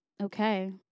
Okay